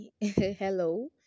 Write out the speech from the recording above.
hello